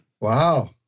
Wow